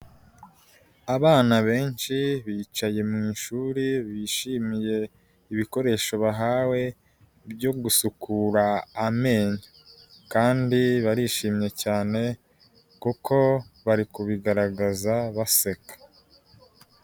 Abana benshi bicaye mu ishuri bishimiye ibikoresho bahawe byo gusukura amenyo kandi barishimye cyane kuko bari kubigaragaza baseka.